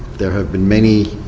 there have been many,